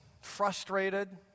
frustrated